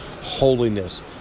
holiness